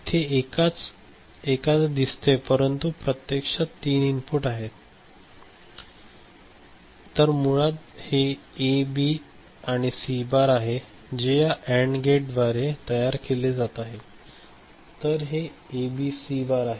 इथे एकाच दिसते परंतु प्रत्यक्षात तीन इनपुट आहेत तर मुळात हे ए बी आणि सी बार आहे जे या अँड गेटद्वारे तयार केले जात आहे तर हे ए बी सी बार आहे